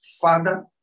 Father